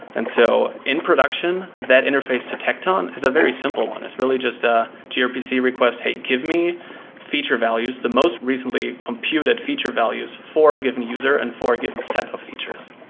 and so in production, that interface to tecton is a very simple one. it's really just a grpc request, hey, give me feature values. the most recently computed feature values for a given user and for a given set of features.